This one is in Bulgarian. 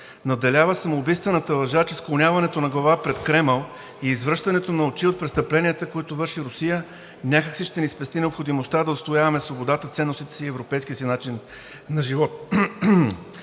надделява самоубийствената лъжа, че склоняването на глава пред Кремъл и извръщането на очи от престъпленията, които върши Русия, някак си ще ни спести необходимостта да отстояваме свободата, ценностите си и европейския си начин на живот.